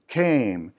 came